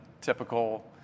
typical